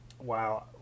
Wow